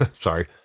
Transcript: sorry